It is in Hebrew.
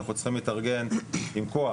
אנחנו צריכים להתארגן עם כוח.